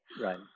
right